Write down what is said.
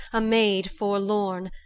a maid forlorn,